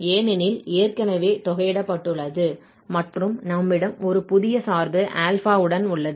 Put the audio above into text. ஏனெனில் ஏற்கனவே தொகையிடப்பட்டுள்ளது மற்றும் நம்மிடம் ஒரு புதிய சார்பு α உடன் உள்ளது